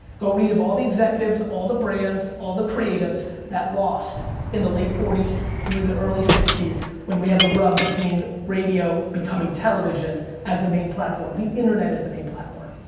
go read of all the executives, all the brands, all the creatives that lost in the late forty s through the early sixty s when we had the rub between radio becoming television as the main platform. the internet is the main platform.